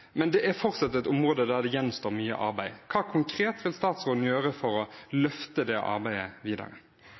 men det er fortsatt et område der det gjenstår mye arbeid. Hva konkret vil statsråden gjøre for å løfte det arbeidet videre?